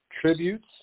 tributes